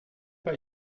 pas